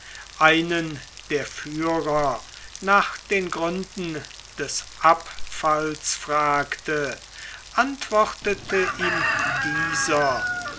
einen der führer nach den gründen des abfalls fragte antwortete ihm dieser